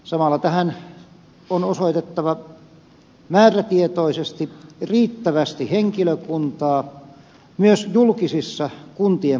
samalla tähän on osoitettava määrätietoisesti riittävästi henkilökuntaa myös julkisissa kuntien palveluissa